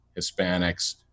Hispanics